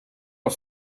are